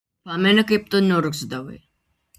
pameni kaip tu niurgzdavai